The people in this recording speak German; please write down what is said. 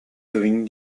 dringen